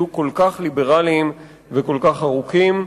יהיו כל כך ליברליים וכל כך ארוכים.